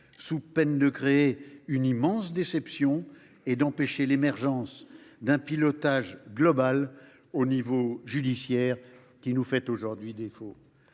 sous peine de créer une immense déception et d’empêcher l’émergence d’un pilotage global à l’échelon judiciaire qui nous fait aujourd’hui défaut.